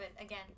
again